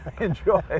enjoy